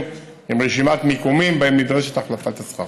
עם רשימת מקומות שבהם נדרשת החלפת הסככה.